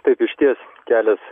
taip išties kelias